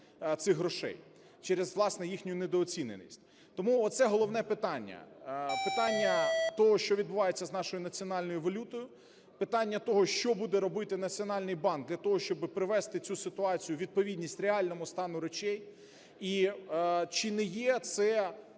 цих грошей через, власне, їхню недооціненість. Тому оце головне питання – питання того, що відбувається з нашою національною валютою, питання того, що буде робити Національний банк для того, щоб привести цю ситуацію у відповідність реальному стану речей? І чи не є це